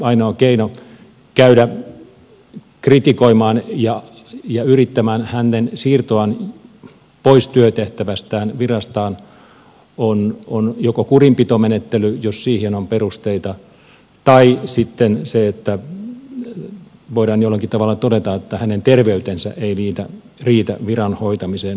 ainoa keino käydä kritikoimaan ja yrittämään hänen siirtoaan pois työtehtävästään virastaan on joko kurinpitomenettely jos siihen on perusteita tai sitten se että voidaan jollakin tavalla todeta että hänen terveytensä ei riitä viran hoitamiseen